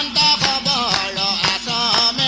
and da da da